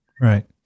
Right